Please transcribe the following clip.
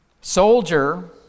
Soldier